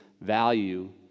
value